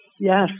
Yes